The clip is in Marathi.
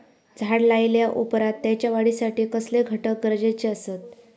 झाड लायल्या ओप्रात त्याच्या वाढीसाठी कसले घटक गरजेचे असत?